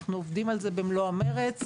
אנחנו עובדים על זה במלוא המרץ,